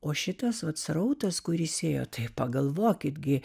o šitas vat srautas kuris ėjo tai pagalvokit gi